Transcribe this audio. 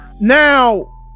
Now